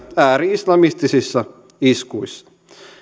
ääri islamistisissa iskuissa